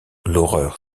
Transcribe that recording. l’horreur